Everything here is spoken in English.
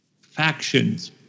factions